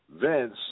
Vince